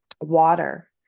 Water